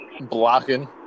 Blocking